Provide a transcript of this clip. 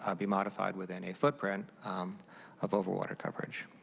ah be modified with any footprint of overwater coverage.